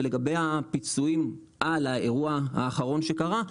ולגבי הפיצויים על האירוע האחרון שקרה,